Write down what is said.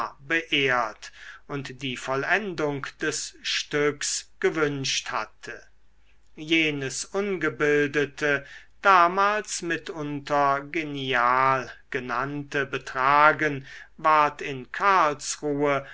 beehrt und die vollendung des stücks gewünscht hatte jenes ungebildete damals mitunter genial genannte betragen ward in karlsruhe